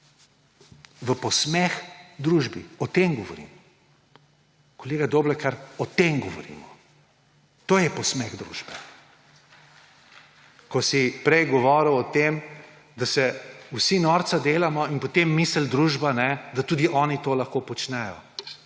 V posmeh družbi. O tem govorim. Kolega Doblekar, o tem govorimo. To je posmeh družbe. Ko si prej govoril o tem, da se vsi norca delamo in potem misli družba, da tudi oni to lahko počnejo.